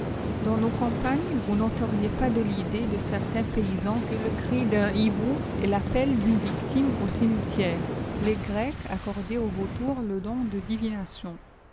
dans nos campagnes vous n'êteriez pas de l'idée de certains paysans que le cri d'un hibou est l'appel d'uhe victime au cimetière le grecs accordaient aux vautours le don de divination